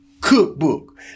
cookbook